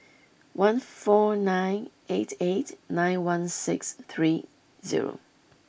one four nine eight eight nine one six three zero